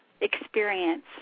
experience